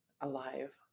alive